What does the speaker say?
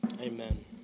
amen